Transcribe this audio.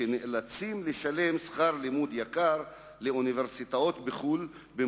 שנאלצים לשלם שכר לימוד גבוה לאוניברסיטאות בחוץ-לארץ